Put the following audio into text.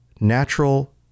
natural